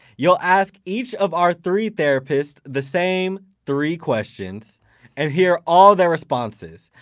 you'll ask each of our three therapists the same three questions and hear all their responses.